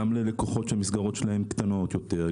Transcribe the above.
גם ללקוחות שהמסגרות שלהם קטנות יותר,